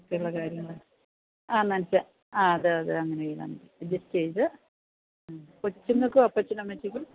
പിന്നെ വേറെയെന്താണ് ആ ആ അതെ അതെ അങ്ങനെ ചെയ്താല് മതി അഡ്ജസ്റ്റ് ചെയ്ത് കൊച്ചുങ്ങള്ക്കും അപ്പച്ചനും അമ്മച്ചിക്കും